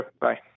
Bye